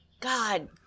God